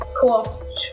Cool